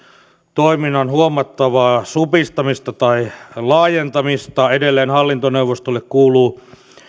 toiminnan huomattavaa supistamista tai laajentamista edelleen hallintoneuvostolle kuuluu